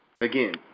again